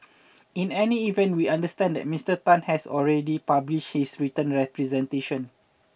in any event we understand that Mister Tan has already published his written representation